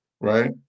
right